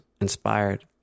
inspired